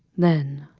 then,